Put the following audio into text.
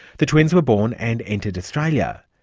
the twins were born and entered australia.